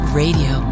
radio